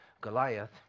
Goliath